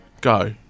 Go